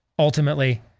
ultimately